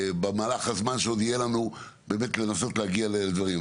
ובמהלך הזמן שעוד יהיה לנו ננסה להגיע לדברים,